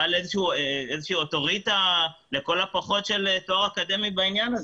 לכל הפחות, בעל אוטוריטה ותואר אקדמי בעניין הזה.